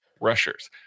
rushers